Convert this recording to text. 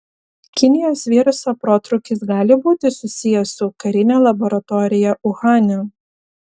kinijos viruso protrūkis gali būti susijęs su karine laboratorija uhane